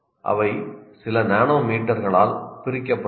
அவை சில நானோமீட்டர்களால் பிரிக்கப்படுகின்றன